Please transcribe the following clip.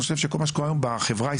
אני חושב שכל מה שקורה היום בחברה הישראלית,